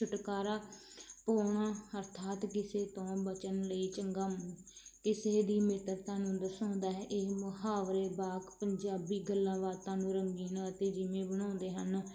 ਛੁਟਕਾਰਾ ਪੁਆਉਣਾ ਅਰਥਾਤ ਕਿਸੇ ਤੋਂ ਬਚਣ ਲਈ ਚੰਗਾ ਕਿਸੇ ਦੀ ਮਿੱਤਰਤਾ ਨੂੰ ਦਰਸਾਉਂਦਾ ਹੈ ਇਹ ਮੁਹਾਵਰੇ ਵਾਕ ਪੰਜਾਬੀ ਗੱਲਾਂ ਬਾਤਾਂ ਨੂੰ ਰੰਗੀਨ ਅਤੇ ਜਿਵੇਂ ਬਣਾਉਂਦੇ ਹਨ